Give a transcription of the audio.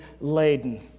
laden